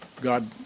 God